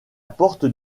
porte